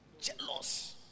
Jealous